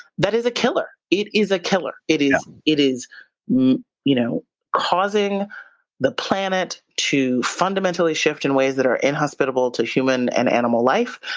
that is a killer. it is a killer. it is it is you know causing the planet to fundamentally shift in ways that are inhospitable to human and animal life,